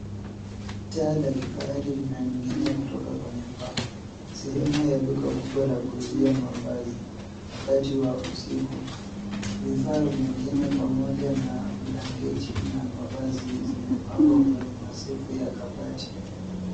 Taa la kifahari linaninginia kutoka kwenye paa. Sehemu ya duka kubwa la kuuzia mavazi wakati wa usiku. Vifaa vingine pamoja na blanketi na mavazi zimepangwa kwenye masefu ya kabati.